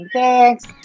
Thanks